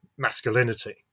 Masculinity